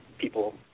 people